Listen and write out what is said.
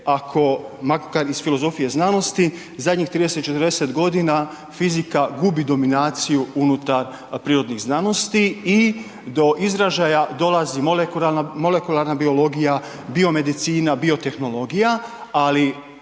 ako, iz filozofije znanosti zadnjih 30-40.g. fizika gubi dominaciju unutar prirodnih znanosti i do izražaja dolazi molekularna biologija, bio medicina, bio tehnologija, ali